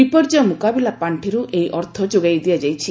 ବିପର୍ଯ୍ୟୟ ମୁକାବିଲା ପାଖିରୁ ଏହି ଅର୍ଥ ଯୋଗାଇ ଦିଆଯାଇଛି